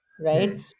right